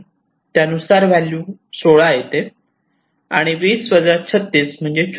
त्यानुसार 16 व्हॅल्यू येते आणि 20 36 म्हणजे 24